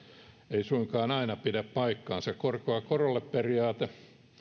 ei suinkaan aina pidä paikkansa korkoa korolle periaate